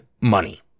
money